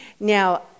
Now